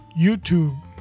YouTube